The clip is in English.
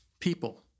people